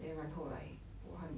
then 然后 like 我很